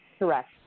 Correct